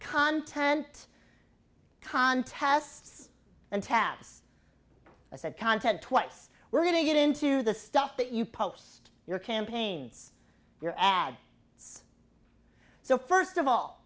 content contests and tasks i said content twice we're going to get into the stuff that you post your campaigns your ad so first of all